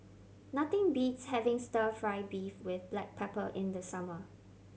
nothing beats having Stir Fry beef with black pepper in the summer